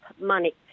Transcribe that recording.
money